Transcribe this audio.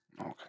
Okay